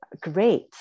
great